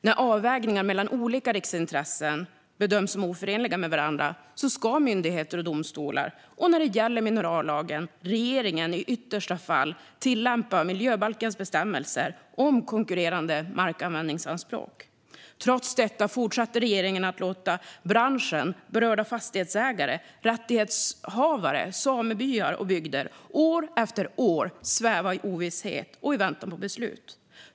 När avvägningar mellan olika riksintressen bedöms som oförenliga med varandra ska myndigheter och domstolar och, när det gäller minerallagen, regeringen i yttersta fall tillämpa miljöbalkens bestämmelser om konkurrerande markanvändningsanspråk. Trots detta fortsätter regeringen att låta branschen, berörda fastighetsägare, rättighetshavare, samebyar och bygder år efter år sväva i ovisshet och i väntan på beslut.